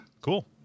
cool